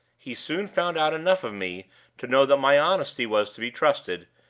he soon found out enough of me to know that my honesty was to be trusted,